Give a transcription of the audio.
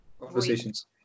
conversations